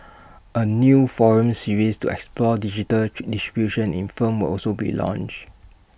A new forum series to explore digital distribution in film will also be launched